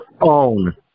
own